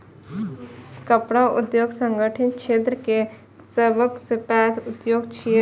कपड़ा उद्योग संगठित क्षेत्र केर सबसं पैघ उद्योग छियै